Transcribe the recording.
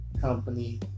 company